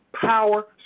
Power